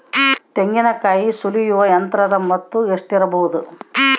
ತೆಂಗಿನಕಾಯಿ ಸುಲಿಯುವ ಯಂತ್ರದ ಮೊತ್ತ ಎಷ್ಟಿರಬಹುದು?